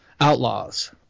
Outlaws